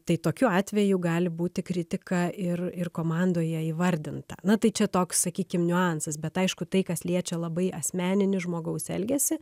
tai tokiu atveju gali būti kritika ir ir komandoje įvardinta na tai čia toks sakykim niuansas bet aišku tai kas liečia labai asmeninį žmogaus elgesį